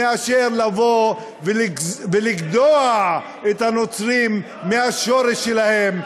מאשר לבוא ולגדוע את הנוצרים מהשורש שלהם.